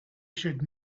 should